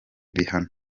bihano